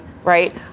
Right